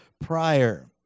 prior